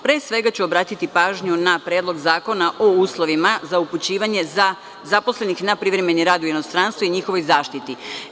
Pre svega ću obratiti pažnju na Predlog zakona o uslovima za upućivanje zaposlenih na privremeni rad u inostranstvu i njihovoj zaštiti.